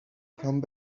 come